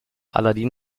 aladin